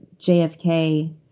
JFK